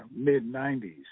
mid-'90s